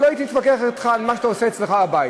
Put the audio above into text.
לא הייתי מתווכח אתך על מה שאתה עושה אצלך בבית,